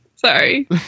Sorry